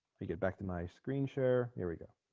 we get back to my screen share there we go